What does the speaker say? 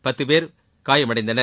பத்து பேர் காயமடைந்தனர்